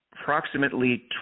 approximately